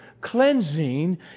cleansing